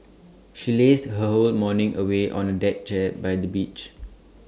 she lazed her whole morning away on A deck chair by the beach